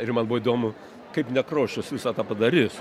ir man buvo įdomu kaip nekrošius visą tą padarys